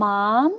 Mom